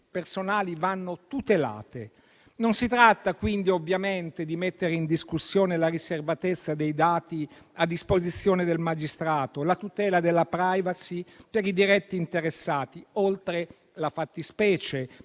personali vanno tutelate. Non si tratta quindi, ovviamente, di mettere in discussione la riservatezza dei dati a disposizione del magistrato, la tutela della *privacy* per i diretti interessati, oltre la fattispecie